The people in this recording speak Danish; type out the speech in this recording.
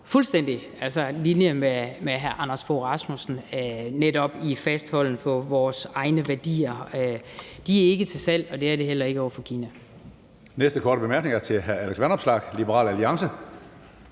fuldstændig deler linje med hr. Anders Fogh Rasmussen, netop i en fastholden af vores egne værdier. De er ikke til salg, og det er de heller ikke over for Kina.